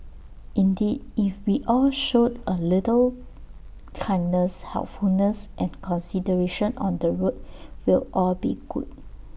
indeed if we all showed A little kindness helpfulness and consideration on the road we'll all be good